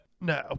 No